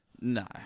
no